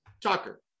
Tucker